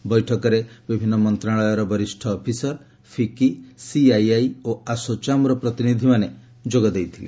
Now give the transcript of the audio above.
ଏହି ବୈଠକରେ ବିଭିନ୍ନ ମନ୍ତ୍ରଣାଳୟର ବରିଷ୍ଠ ଅଫିସର ଫିକି ସିଆଇଆଇ ଓ ଆସୋଚାମ୍ର ପ୍ରତିନିଧିମାନେ ଯୋଗ ଦେଇଥିଲେ